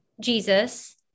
jesus